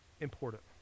important